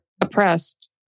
oppressed